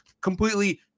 completely